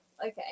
Okay